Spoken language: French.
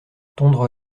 tondre